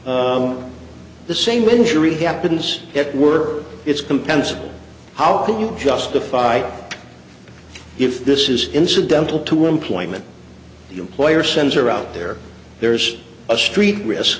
on the same injury happens at work or it's compensable how can you justify if this is incidental to employment employer sends her out there there's a street risk